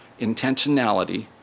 intentionality